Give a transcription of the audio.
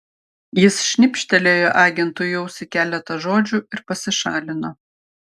jis šnibžtelėjo agentui į ausį keletą žodžių ir pasišalino